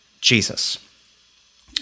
Jesus